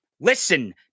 listen